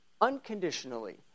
unconditionally